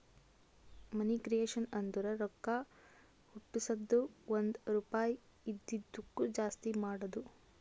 ಮನಿ creation ಅಂದುರ್ ರೊಕ್ಕಾ ಹುಟ್ಟುಸದ್ದು ಒಂದ್ ರುಪಾಯಿ ಇದಿದ್ದುಕ್ ಜಾಸ್ತಿ ಮಾಡದು